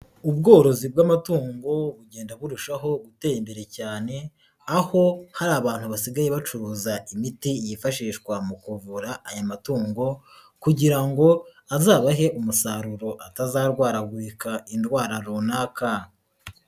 Ubworozi bw'amatungo bugenda burushaho gutera imbere cyane, aho hari abantu basigaye bacuruza imiti yifashishwa mu kuvura aya matungo kugira ngo azabahe umusaruro atazarwaragurika indwara runaka.